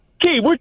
Key